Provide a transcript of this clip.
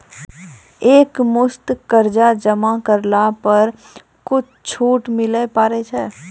एक मुस्त कर्जा जमा करला पर कुछ छुट मिले पारे छै?